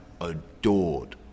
adored